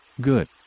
good